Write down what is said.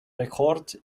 rekord